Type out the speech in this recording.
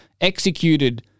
executed